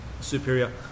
superior